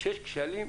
כשיש כשלים,